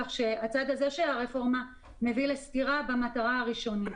כך שהצד הזה של הרפורמה מביא לסתירה במטרה הראשונית.